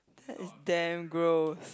heard it's damn gross